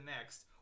next